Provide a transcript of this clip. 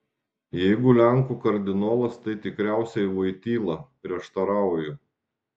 jeigu lenkų kardinolas tai tikriausiai voityla prieštarauju